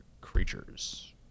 creatures